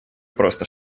просто